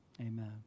Amen